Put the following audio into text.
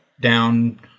down